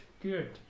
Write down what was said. good